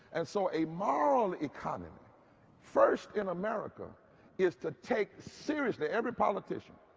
and so a moral economy first in america is to take seriously every politician.